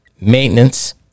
maintenance